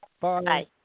Bye